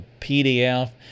PDF